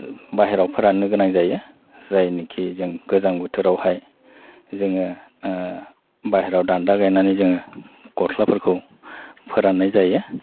बाहेरायाव फोराननो गोनां जायो जायनिखि जों गोजां बोथोरावहाय जोङो बाहेरायाव दानदा गायनानै जोङो गस्लाफोरखौ फोराननाय जायो